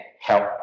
help